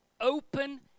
open